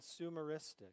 consumeristic